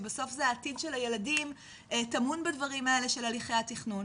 שבסוף זה העתיד של הילדים טמון בדברים האלה של הליכי התכנון.